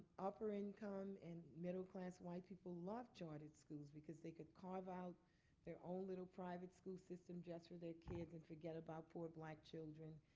upper income and middle class white people love chartered schools because they could carve out their own little private school system just for their kids and forget about poor black children.